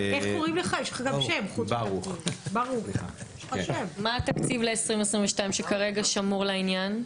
מה התקציב ל-2022 שכרגע שמור לעניין?